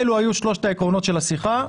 אלו היו שלושת העקרונות של השיחה.